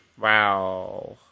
Wow